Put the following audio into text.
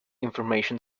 information